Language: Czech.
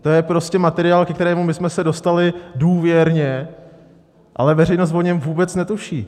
To je prostě materiál, ke kterému my jsme se dostali důvěrně, ale veřejnost o něm vůbec netuší.